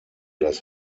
das